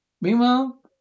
Meanwhile